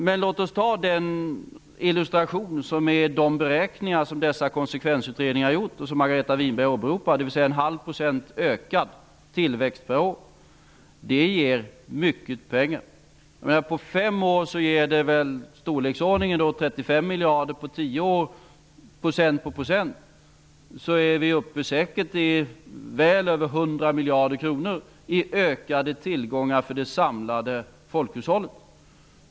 Men låt oss ta den illustration som gäller de beräkningar som har gjorts i konsekvensutredningarna och som Margareta Winberg åberopar, dvs. 0,5 % ökad tillväxt per år. Det ger mycket pengar. På fem år ger det väl i storleksordningen 35 miljarder. På tio år, procent på procent, är vi säkert uppe i väl över 100 miljarder kronor i ökade tillgångar för det samlade folkhushållet.